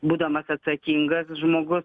būdamas atsakingas žmogus